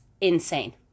insane